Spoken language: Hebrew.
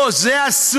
לא, זה אסור.